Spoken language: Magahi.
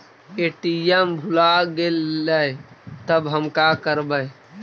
ए.टी.एम भुला गेलय तब हम काकरवय?